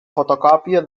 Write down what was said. fotocòpia